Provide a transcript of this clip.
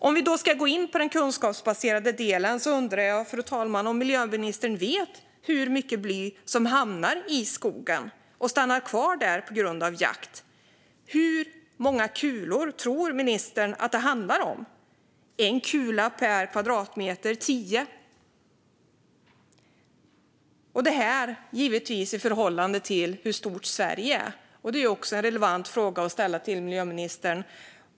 Om vi ska gå in på den kunskapsbaserade delen undrar jag om miljöministern vet hur mycket bly som hamnar i skogen och stannar kvar där på grund av jakt. Hur många kulor tror ministern att det handlar om? En kula per kvadratmeter? Tio? Detta givetvis i förhållande till hur stort Sverige är. Det är också en relevant fråga att ställa till miljöministern.